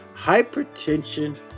hypertension